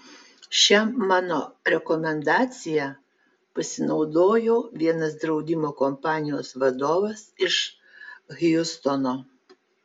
šia mano rekomendacija pasinaudojo vienas draudimo kompanijos vadovas iš hjustono